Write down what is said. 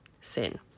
sin